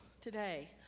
today